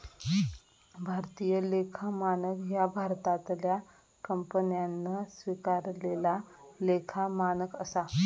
भारतीय लेखा मानक ह्या भारतातल्या कंपन्यांन स्वीकारलेला लेखा मानक असा